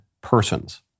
persons